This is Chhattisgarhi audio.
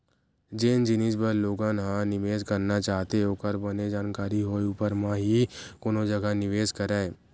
जेन जिनिस बर लोगन ह निवेस करना चाहथे ओखर बने जानकारी होय ऊपर म ही कोनो जघा निवेस करय